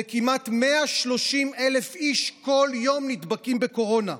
וכמעט 130,000 איש כל יום נדבקים בקורונה.